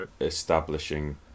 establishing